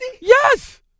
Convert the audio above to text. Yes